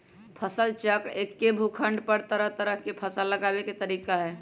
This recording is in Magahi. फसल चक्र एक्के भूखंड पर तरह तरह के फसल लगावे के तरीका हए